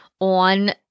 on